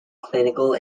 clinical